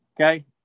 okay